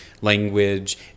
language